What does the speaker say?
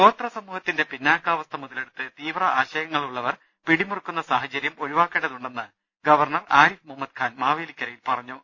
ഗോത്ര സമൂഹത്തിന്റെ പിന്നാക്കാവസ്ഥ മുതലെടുത്ത് തീവ്ര ആശയങ്ങളുള്ളവർ പിടിമുറുക്കുന്ന സാഹചര്യം ഒഴിവാക്കേണ്ടതുണ്ടെന്ന് ഗവർണർ ആരിഫ് മുഹമ്മദ് ഖാൻ മാവേലിക്കരയിൽ പറഞ്ഞു